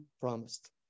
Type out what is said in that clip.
promised